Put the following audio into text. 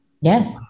Yes